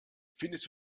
findest